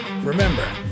Remember